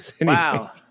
Wow